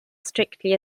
strictly